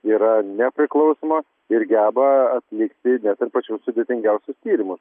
yra nepriklausoma ir geba atlikti net ir pačius sudėtingiausius tyrimus